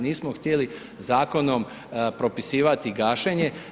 Nismo htjeli zakonom propisivati gašenje.